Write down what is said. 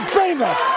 famous